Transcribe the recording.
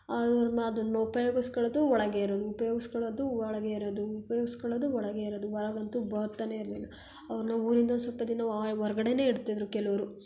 ಅವ್ರು ಮಾ ಅದನ್ನು ಉಪಯೋಗಿಸ್ಕೊಳೋದು ಒಳಗೆ ಇರೋದು ಉಪಯೋಗಿಸ್ಕೊಳೋದು ಒಳಗೆ ಇರೋದು ಉಪಯೋಗಿಸ್ಕೊಳೋದು ಒಳಗೆ ಇರೋದು ಹೊರಗಂತೂ ಬರ್ತಾನೇ ಇರಲಿಲ್ಲ ಅವ್ರನ್ನ ಊರಿಂದ ಸ್ವಲ್ಪ ದಿನ ಹೊರ್ಗಡೆನೇ ಇಡ್ತಿದ್ದರು ಕೆಲವ್ರು